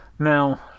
Now